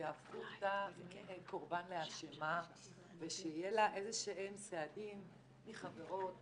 והפכו אותה קורבן לאשמה ושיהיה לה איזה שהם סעדים מחברות,